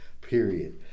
Period